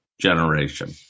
generation